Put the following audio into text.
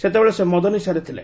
ସେତେବେଳେ ସେ ମଦ ନିଶାରେ ଥିଲେ